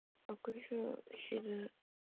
ꯑꯩꯈꯣꯏꯁꯨ ꯁꯤꯗ